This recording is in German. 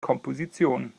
kompositionen